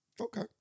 okay